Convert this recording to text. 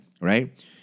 right